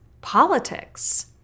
politics